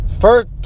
first